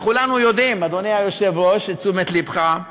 וכולנו יודעים, אדוני היושב-ראש, לתשומת לבך,